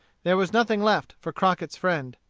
there was nothing left for crockett's friend.